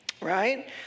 Right